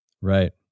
Right